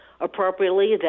appropriately